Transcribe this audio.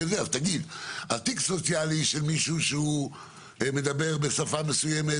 אז תיק סוציאלי של מישהו שהוא מדבר בשפה מסוימת